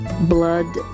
blood